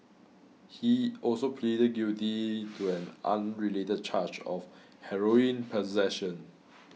he also pleaded guilty to an unrelated charge of heroin possession